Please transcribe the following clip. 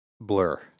Blur